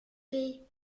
péruvienne